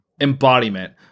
embodiment